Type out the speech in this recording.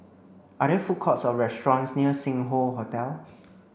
are there food courts or restaurants near Sing Hoe Hotel